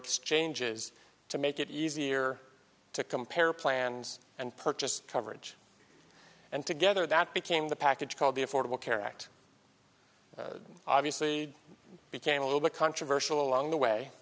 exchanges to make it easier to compare plans and purchase coverage and together that became the package called the affordable care act obviously became a little bit controversial along the way